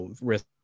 risk